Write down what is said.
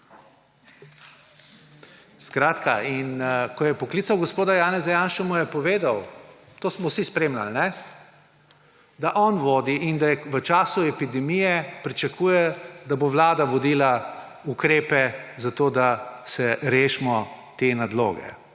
Skratka, ko je poklical gospoda Janeza Janšo, mu je povedal, to smo vsi spremljali, da on vodi in da v času epidemije pričakuje, da bo vlada vodila ukrepe, da se rešimo te nadloge